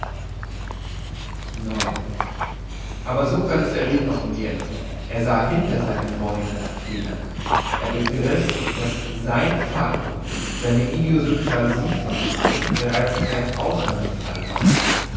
aber sokrates errieth noch mehr er sah hinter seine vornehmen athener er begriff dass sein fall seine idiosynkrasie von fall bereits kein ausnahmefall war